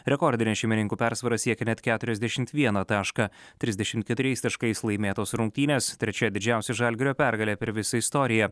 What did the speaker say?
rekordinė šeimininkų persvara siekė net keturiadešimt vieną tašką trisdešimt keturiais taškais laimėtos rungtynės trečia didžiausia žalgirio pergalė per visą istoriją